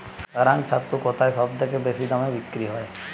কাড়াং ছাতু কোথায় সবথেকে বেশি দামে বিক্রি হয়?